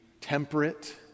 temperate